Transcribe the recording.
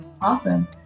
awesome